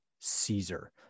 Caesar